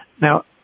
Now